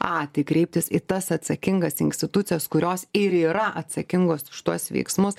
a tai kreiptis į tas atsakingas institucijas kurios ir yra atsakingos už tuos veiksmus